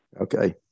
Okay